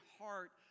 heart